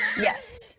Yes